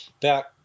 back